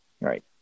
Right